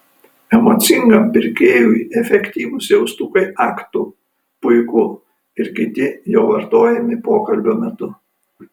emocingam pirkėjui efektyvūs jaustukai ak tu puiku ir kiti jo vartojami pokalbio metu